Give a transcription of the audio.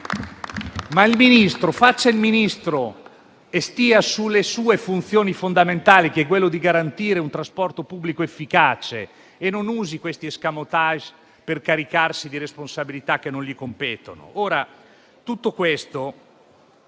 faccia il Ministro e stia sulle sue funzioni fondamentali, che sono quelle di garantire un trasporto pubblico efficace; non usi questi *escamotage* per caricarsi di responsabilità che non gli competono.